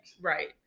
Right